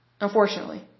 unfortunately